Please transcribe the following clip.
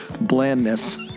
blandness